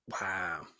Wow